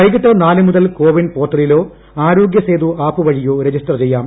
വൈകിട്ട് നാല് മുതൽ കോവിൻ പോർട്ടലിലോ ആരോഗ്യസേതു ആപ്പ് വഴിയോ രജിസ്റ്റർ ചെയ്യാം